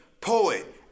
poet